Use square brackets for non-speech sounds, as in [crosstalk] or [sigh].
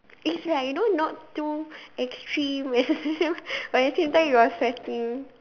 it's like you know not too extreme [laughs] but at the same time you are sweating